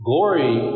Glory